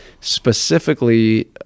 Specifically